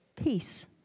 Peace